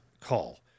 call